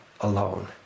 alone